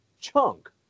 chunk